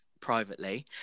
privately